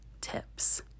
tips